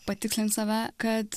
patikslint save kad